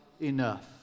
enough